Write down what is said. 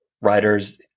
writers